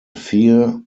fear